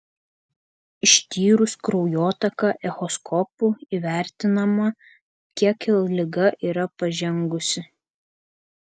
ištyrus kraujotaką echoskopu įvertinama kiek liga yra pažengusi